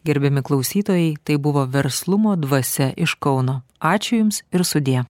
gerbiami klausytojai tai buvo verslumo dvasia iš kauno ačiū jums ir sudie